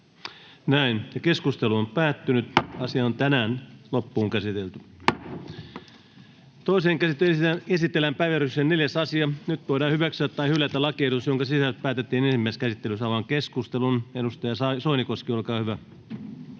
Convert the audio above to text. avoimuusrekisterilaiksi Time: N/A Content: Toiseen käsittelyyn esitellään päiväjärjestyksen 4. asia. Nyt voidaan hyväksyä tai hylätä lakiehdotus, jonka sisällöstä päätettiin ensimmäisessä käsittelyssä. — Avaan keskustelun. Edustaja Soinikoski, olkaa hyvä.